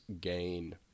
gain